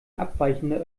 abweichende